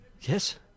Yes